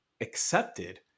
accepted